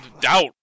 doubt